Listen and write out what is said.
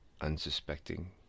unsuspecting